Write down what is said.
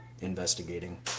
investigating